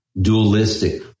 dualistic